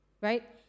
Right